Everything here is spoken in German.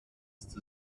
ist